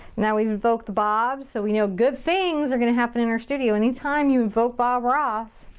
now, we've invoked bob, so we know good things are gonna happen in our studio. anytime you invoke bob ross,